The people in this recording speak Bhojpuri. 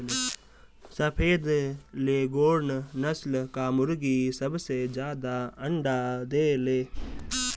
सफ़ेद लेघोर्न नस्ल कअ मुर्गी सबसे ज्यादा अंडा देले